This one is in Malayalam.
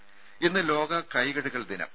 ദര ഇന്ന് ലോക കൈകഴുകൽ ദിനം